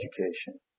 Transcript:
education